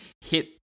hit